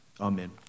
Amen